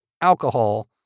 Alcohol